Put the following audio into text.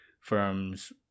firms